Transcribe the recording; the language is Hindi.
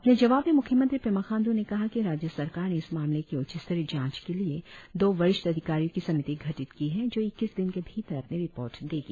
अपने जवाब में मुख्यमंत्री पेमा खांड्र ने कहा कि राज्य सरकार ने इस मामले की उच्चस्तरीय जांच के लिए दो वरिष्ठ अधिकारियों की समिति गठित की है जो इक्कीस दिन के भीतर अपनी रिपोर्ट देगी